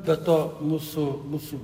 be to mūsų mūsų